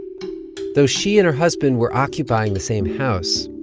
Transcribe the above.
though she and her husband were occupying the same house,